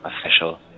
official